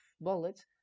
bullets